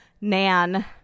Nan